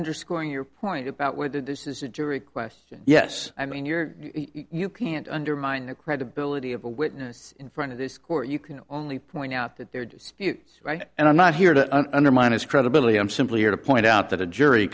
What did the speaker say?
underscoring your point about where did this is a jury question yes i mean you're you can't undermine the credibility of a witness in front of this court you can only point out that there are disputes right and i'm not here to undermine his credibility i'm simply here to point out that a jury cou